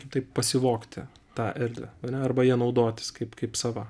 kitaip pasivogti tą erdvę ane arba ja naudotis kaip kaip sava